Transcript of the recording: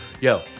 Yo